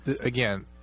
again